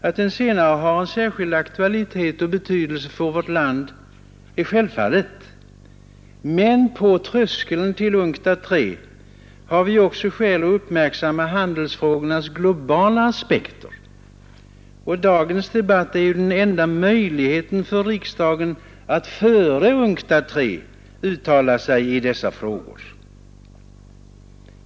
Att den senare har särskild aktualitet och betydelse för vårt land säger sig självt. Men på tröskeln till UNCTAD III har vi också skäl att uppmärksamma handelsfrågornas globala aspekter. Dagens debatt är den enda möjligheten för riksdagen att före UNCTAD III uttala sig i dessa frågor.